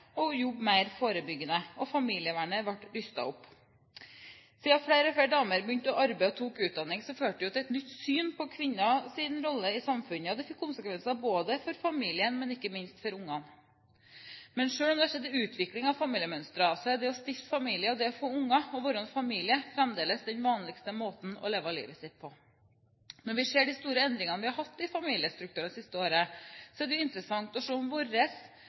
og jobbe mer forebyggende. Familievernet ble rustet opp. Siden flere og flere damer begynte å arbeide og tok utdanning, førte det jo til et nytt syn på kvinnens rolle i samfunnet. Det fikk konsekvenser både for familien og for barna. Men selv om det har skjedd en utvikling av familiemønstre, er det å stifte familie og det å få barn og være en familie fremdeles den vanligste måten å leve livet sitt på. Når vi ser de store endringene vi har hatt i familiestrukturer de siste årene, er det interessant å se på om